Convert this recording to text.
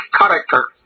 character